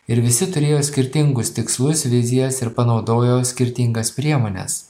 ir visi turėjo skirtingus tikslus vizijas ir panaudojo skirtingas priemones